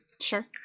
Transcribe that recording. Sure